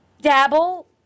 dabble